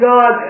God